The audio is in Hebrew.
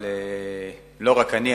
אבל לא רק אני,